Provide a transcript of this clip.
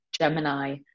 Gemini